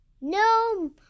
No